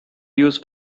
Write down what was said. use